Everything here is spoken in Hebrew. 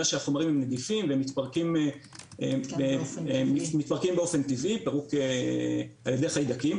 שהחומרים הם נדיפים והם מתפרקים באופן טבעי על ידי חיידקים.